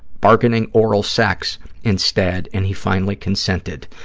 bargaining oral sex instead, and he finally consented.